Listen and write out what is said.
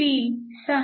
ती 6